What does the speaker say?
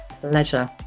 pleasure